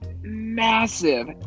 massive